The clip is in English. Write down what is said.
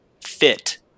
fit